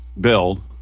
bill